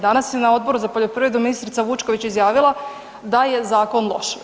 Danas je na Odboru za poljoprivredu ministrica Vučković izjavila da je zakon loš.